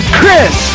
Chris